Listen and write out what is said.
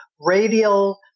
radial